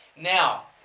Now